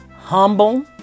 humble